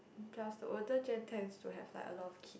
plus the older gen tends to have like a lot of kids